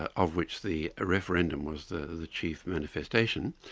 ah of which the referendum was the the chief manifestation.